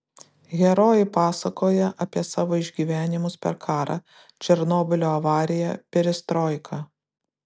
herojai pasakoja apie savo išgyvenimus per karą černobylio avariją perestroiką